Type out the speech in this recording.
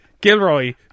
Gilroy